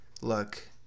look